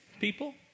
people